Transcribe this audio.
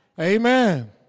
Amen